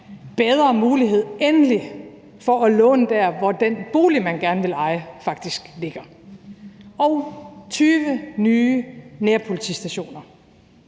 bedre mulighed – endelig – for at låne der, hvor den bolig, man gerne vil eje, faktisk ligger. Der er kommet 20 nye nærpolitistationer.